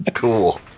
Cool